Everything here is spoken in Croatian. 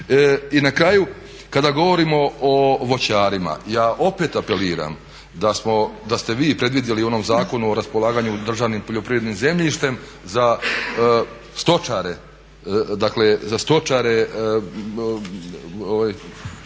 I na kraju, kada govorimo o voćarima ja opet apeliram da ste vi predvidjeli u onom Zakonu o raspolaganju državnim poljoprivrednim zemljištem za stočare, dakle za stočare